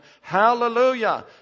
Hallelujah